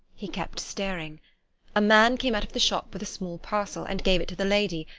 he kept staring a man came out of the shop with a small parcel, and gave it to the lady,